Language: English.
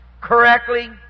Correctly